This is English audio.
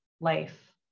life